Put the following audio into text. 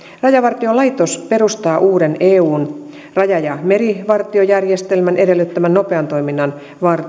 rajavartiolaitos perustaa uuden eun raja ja merivartiojärjestelmän edellyttämän nopean toiminnan